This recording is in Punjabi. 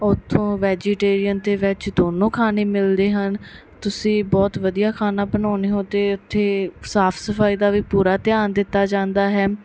ਉਥੋਂ ਨੌਨ ਵੈਜੀਟੇਰੀਅਨ ਅਤੇ ਵੈਜ ਦੋਨੋਂ ਖਾਣੇ ਮਿਲਦੇ ਹਨ ਤੁਸੀਂ ਬਹੁਤ ਵਧੀਆ ਖਾਣਾ ਬਣਾਉਣੇ ਹੋ ਤੇ ਉਥੇ ਸਾਫ ਸਫਾਈ ਦਾ ਵੀ ਪੂਰਾ ਧਿਆਨ ਦਿੱਤਾ ਜਾਂਦਾ ਹੈ